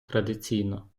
традиційно